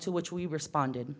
to which we responded